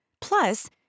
Plus